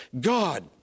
God